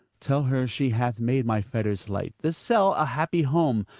tell her she hath made my fetters light, this cell a happy home,